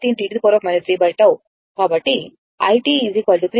కాబట్టి i 3 0